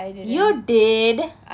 you did